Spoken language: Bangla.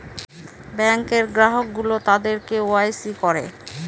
ব্যাঙ্কে গ্রাহক গুলো তাদের কে ওয়াই সি করে